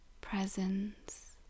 presence